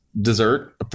dessert